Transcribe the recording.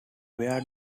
where